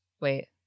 Wait